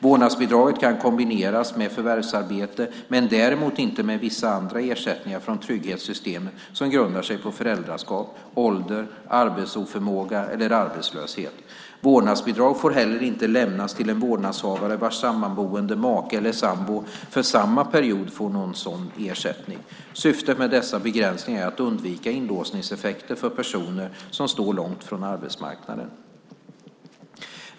Vårdnadsbidraget kan kombineras med förvärvsarbete men däremot inte med vissa andra ersättningar från trygghetssystemen som grundar sig på föräldraskap, ålder, arbetsoförmåga eller arbetslöshet. Vårdnadsbidrag får inte heller lämnas till en vårdnadshavare vars sammanboende make eller sambo för samma period får någon sådan ersättning. Syftet med dessa begränsningar är att undvika inlåsningseffekter för personer som står långt från arbetsmarknaden.